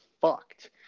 fucked